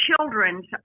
children's